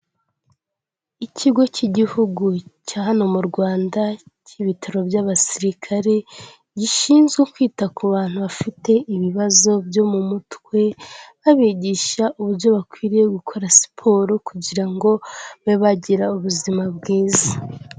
Ikigo cy'igihugu cya hano mu Rwanda cy'ibitaro by'abasirikare gishinzwe kwita ku bantu bafite ibibazo byo mu mutwe, babigisha uburyo bakwiriye gukora siporo kugira ngo babe bagira ubuzima bwiza.